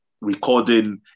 recording